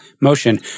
motion